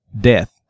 death